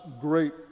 great